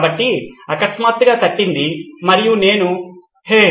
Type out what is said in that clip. కాబట్టి అకస్మాత్తుగా తట్టింది మరియు నేను హే